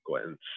sequence